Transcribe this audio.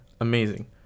amazing